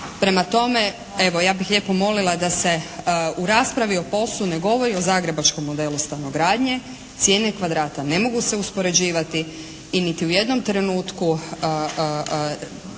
Prema tome, evo ja bih lijepo molila da se u raspravi o POS-u ne govori o zagrebačkom modelu stanogradnje, cijene kvadrata ne mogu se uspoređivati i niti u jednom trenutku